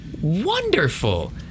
Wonderful